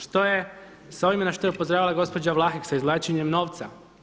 Što je s ovime na što je upozoravala gospođa Vlahek sa izvlačenjem novca?